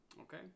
Okay